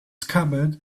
scabbard